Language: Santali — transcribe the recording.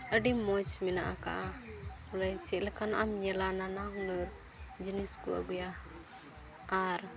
ᱟᱹᱰᱤ ᱢᱚᱡᱽ ᱢᱮᱱᱟᱜ ᱟᱠᱟᱫᱼᱟ ᱵᱚᱞᱮ ᱪᱮᱫ ᱞᱮᱠᱟᱱᱟᱜ ᱮᱢ ᱧᱮᱞᱟ ᱱᱟᱱᱟ ᱦᱩᱱᱟᱹᱨ ᱡᱤᱱᱤᱥ ᱠᱚ ᱟᱹᱜᱩᱭᱟ ᱟᱨ